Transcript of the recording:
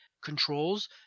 controls